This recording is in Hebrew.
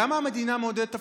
למה המדינה מעודדת אבטלה?